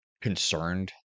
concerned